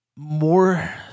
More